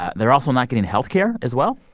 ah they're also not getting health care as well?